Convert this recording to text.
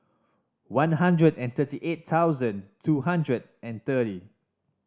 one hundred and thirty eight thousand two hundred and thirty